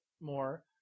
more